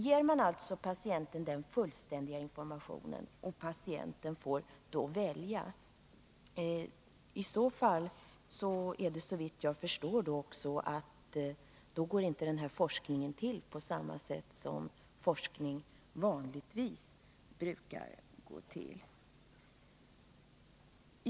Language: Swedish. Ger man patienten den fullständiga informationen så att patienten sedan får välja går, såvitt jag förstår, den här forskningen inte till på samma sätt som forskning vanligtvis brukar gå till.